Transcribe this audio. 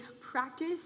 practice